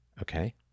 okay